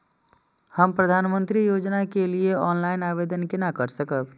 हम प्रधानमंत्री योजना के लिए ऑनलाइन आवेदन केना कर सकब?